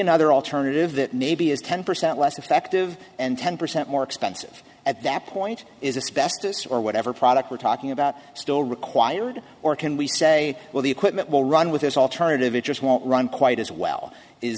another alternative that maybe is ten percent less effective and ten percent more expensive at that point is it's best this or whatever product we're talking about still required or can we say well the equipment will run with this alternative it just won't run quite as well is